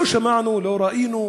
לא שמענו, לא ראינו,